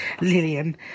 Lillian